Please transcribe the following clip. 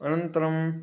अनन्तरम्